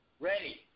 Ready